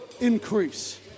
increase